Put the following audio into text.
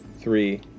three